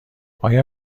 آیا